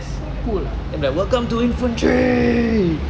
so cool ah